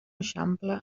eixampla